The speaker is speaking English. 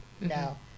now